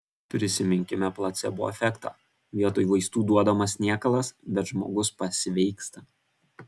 prisiminkime placebo efektą vietoj vaistų duodamas niekalas bet žmogus pasveiksta